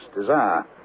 desire